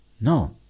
No